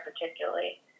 particularly